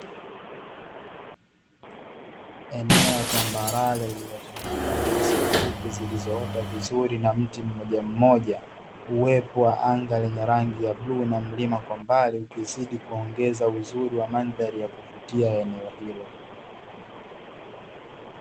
Eneo tambarare lenye nyasi zilizoota vizuri na mti mmojammoja uwepo wa anga, lina rangi ya blue na mlima kwa mbali ukizidi kuongeza uzuri wa mandhari ya kupitia eneo hilo.